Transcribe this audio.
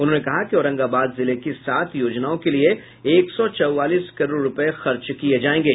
उन्होंने कहा कि औरंगाबाद जिले की सात योजनाओं के लिये एक सौ चौवालीस करोड़ रूपये खर्च किये जायेंगे